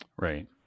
Right